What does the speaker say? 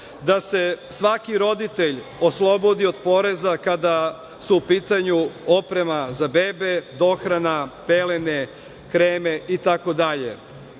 Da se svaki roditelj oslobodi od poreza kada su u pitanju oprema za bebe, dohrana, pelene, kreme itd. Šta